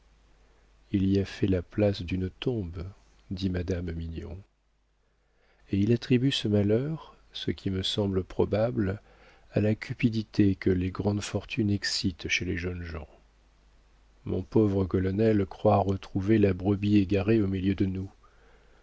il y a fait la place d'une tombe dit madame mignon et il attribue ce malheur ce qui me semble probable à la cupidité que les grandes fortunes excitent chez les jeunes gens mon pauvre colonel croit retrouver la brebis égarée au milieu de nous